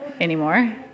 anymore